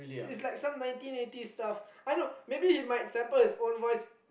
is like some nineteen eighty stuff I know maybe he might sample his own voice